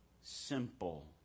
simple